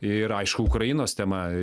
ir aišku ukrainos tema